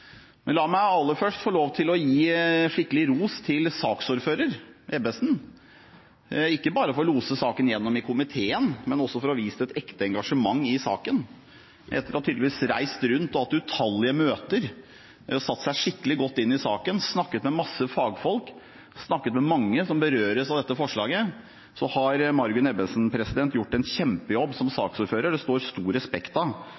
men også for å ha vist et ekte engasjement i saken. Etter tydeligvis å ha reist rundt, hatt utallige møter, satt seg skikkelig godt inn i saken og snakket med en masse fagfolk og mange som berøres av dette forslaget, har Margunn Ebbesen gjort en kjempejobb som